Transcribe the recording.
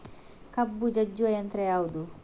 ಕಬ್ಬು ಜಜ್ಜುವ ಯಂತ್ರ ಯಾವುದು?